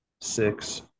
six